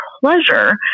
pleasure